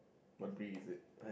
what breed is it